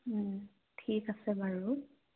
ঠিক আছে বাৰু